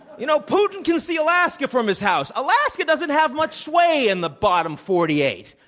you know, putin can see alaska from his house. alaska doesn't have much sway in the bottom forty eight,